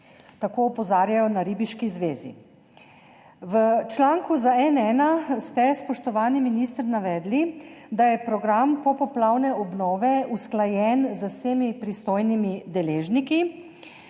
Tako opozarjajo na Ribiški zvezi. V članku za N1 ste, spoštovani minister navedli, da je program popoplavne obnove usklajen z vsemi pristojnimi deležniki.